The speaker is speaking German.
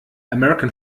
american